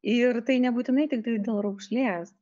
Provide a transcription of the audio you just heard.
ir tai nebūtinai tiktai dėl raukšlės